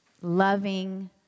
loving